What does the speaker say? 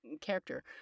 character